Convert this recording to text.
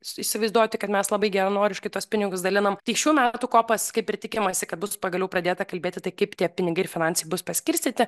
įsivaizduoti kad mes labai geranoriškai tuos pinigus dalinam tai šių metų kopas kaip ir tikimasi kad bus pagaliau pradėta kalbėti tai kaip tie pinigai ir finansiniai bus paskirstyti